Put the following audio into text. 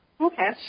Okay